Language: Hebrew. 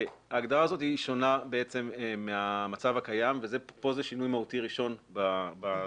ההגדרה הזאת שונה מהמצב הקיים וכאן זה שינוי מהותי ראשון בדברים.